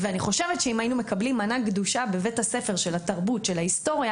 אני חושבת שאם היינו מקבלים מנה גדושה של התרבות ושל ההיסטוריה